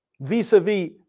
Vis-a-vis